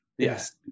Yes